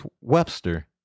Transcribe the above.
Webster